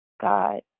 God